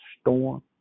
storm